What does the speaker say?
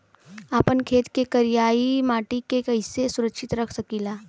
आपन खेत के करियाई माटी के कइसे सुरक्षित रख सकी ला?